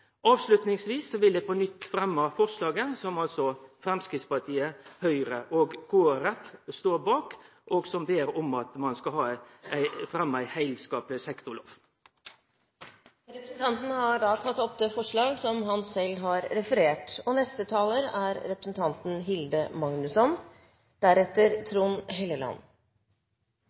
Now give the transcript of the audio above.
vil eg på nytt fremme forslaget, som altså Framstegspartiet, Høgre og Kristeleg Folkeparti står bak, der vi ber om at ein skal fremme ein heilskapleg sektorlov. Representanten Gjermund Hagesæter har tatt opp det forslaget han